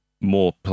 more